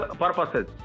purposes